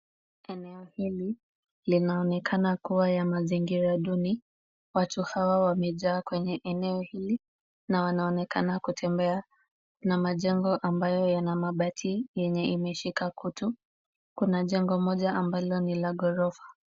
Eneo hili linaonekana kuwa ya mazingira duni. Watu hawa wamejaa kwenye eneo hili na wanaonekana kutembea na majengo ambayo yana mabati yenye imeshika kutu. Kuna jengo moja ambalo ni la ghorofa.